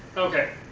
okay,